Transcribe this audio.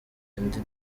indi